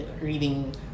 Reading